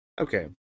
Okay